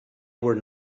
were